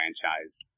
franchise